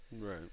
right